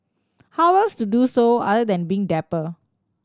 how else to do so other than being dapper